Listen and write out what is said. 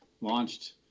launched